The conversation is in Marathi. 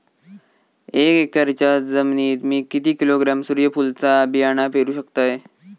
एक एकरच्या जमिनीत मी किती किलोग्रॅम सूर्यफुलचा बियाणा पेरु शकतय?